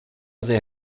sehr